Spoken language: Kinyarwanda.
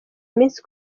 minsi